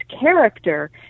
character